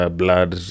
blood